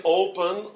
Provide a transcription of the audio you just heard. open